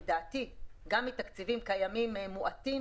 לדעתי גם מהתקציבים הקיימים המועטים.